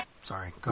Sorry